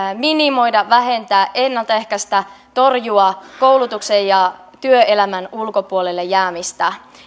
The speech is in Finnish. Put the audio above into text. minimoida vähentää ennalta ehkäistä torjua koulutuksen ja työelämän ulkopuolelle jäämistä